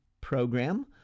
program